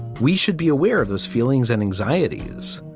we should be aware of those feelings and anxieties.